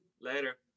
Later